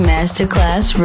Masterclass